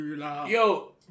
Yo